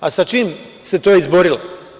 Sa čim se to izborila?